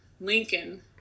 lincoln